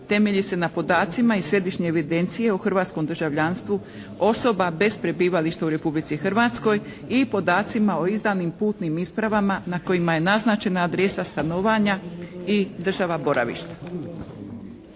temelji se na podacima iz Središnje evidencije o hrvatskom državljanstvu osoba bez prebivališta u Republici Hrvatskoj i podacima o izdanim putnim ispravama na kojima je naznačena adresa stanovanja i država boravišta.